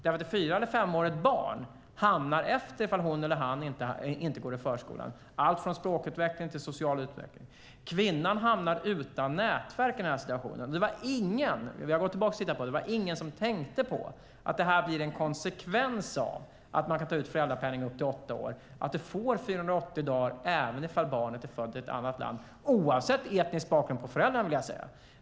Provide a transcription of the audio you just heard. Ett fyra eller femårigt barn hamnar efter om hon eller han inte går i förskolan - det gäller allt från språkutveckling till social utveckling. Kvinnan blir i den här situationen utan nätverk. Det var ingen som tänkte på att detta blir en konsekvens av att man kan ta ut föräldrapenning upp till åtta år och att man får 480 dagar även om barnet är fött i ett annat land, oavsett föräldrarnas etniska bakgrund.